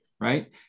right